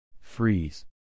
Freeze